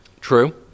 True